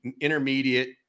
intermediate